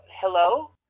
hello